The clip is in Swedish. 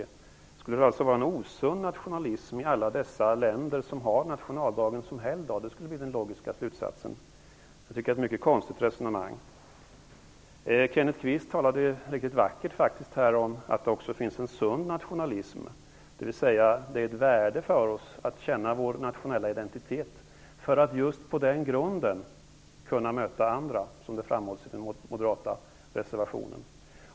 Då skulle det alltså finnas osund nationalism i alla de länder som har nationaldagen som helgdag. Det skulle bli den logiska slutsatsen. Det tycker jag är ett mycket konstigt resonemang. Kenneth Kvist talade faktiskt riktigt vackert om att det också finns en sund nationalism. Det finns ett värde för oss i att känna vår nationella identitet, för att just på den grunden kunna möta andra. Detta framhålls i den moderata reservationen.